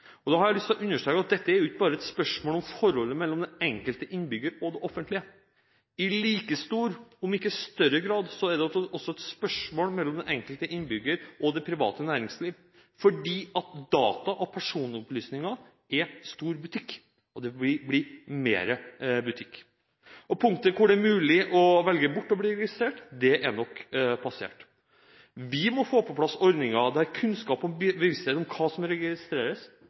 Da har jeg lyst til å understreke at dette ikke bare er et spørsmål om forholdet mellom den enkelte innbygger og det offentlige. I like stor grad – om ikke større – er det også et spørsmål om forholdet mellom den enkelte innbygger og det private næringsliv, fordi data- og personopplysninger er stor butikk, og det vil bli mer butikk. Punkter hvor det er mulig å velge bort å bli registrert, er nok passert. Vi må få på plass ordninger der kunnskap og bevissthet om hva som registreres,